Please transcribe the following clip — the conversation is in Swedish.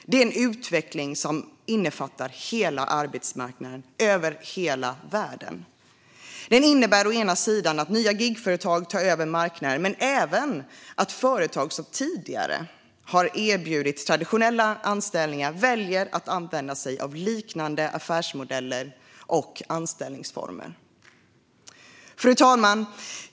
Det är en utveckling som innefattar hela arbetsmarknaden över hela världen. Den innebär att nya gigföretag tar över marknaden och även att företag som tidigare har erbjudit traditionella anställningar väljer att använda sig av liknande affärsmodeller och anställningsformer. Fru talman!